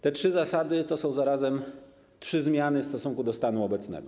Te trzy zasady to są zarazem trzy zmiany w stosunku do stanu obecnego.